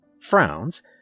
frowns